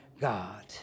God